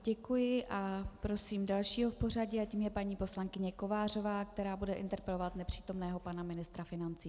Já děkuji a prosím dalšího v pořadí a tím je paní poslankyně Kovářová, která bude interpelovat nepřítomného pana ministra financí.